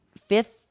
fifth